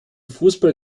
fußball